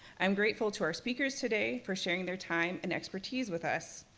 i'm grateful to our speakers today for sharing their time and expertise with us,